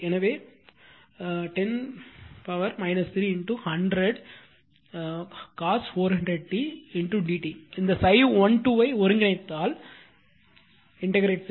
எனவே பவர்க்கு 10 3 100 cos 400 t d t இந்த ∅12 ஐ ஒருங்கிணைத்தால் 0